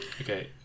Okay